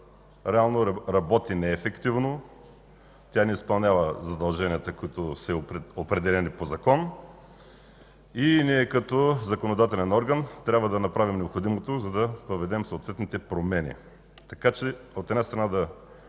реално работи неефективно, тя не изпълнява задълженията, които са й определени по закон и ние като законодателен орган трябва да направим необходимото, за да въведем съответните промени. Така че, от една страна, да